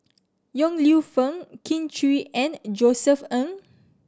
Yong Lew Foong Kin Chui and Josef Ng